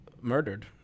murdered